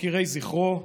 ומוקירי זכרו,